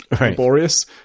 laborious